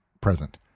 present